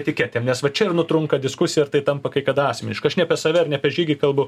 etiketėm nes va čia ir nutrunka diskusija ir tai tampa kai kada asmeniška aš ne apie save ir ne apie žygį kalbu